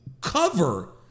cover